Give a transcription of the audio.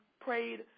prayed